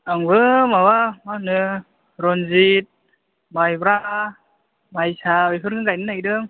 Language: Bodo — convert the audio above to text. आंबो माबा मा होनो रनजित माइब्रा माइसा बेफोरनो गायनो नागिरदों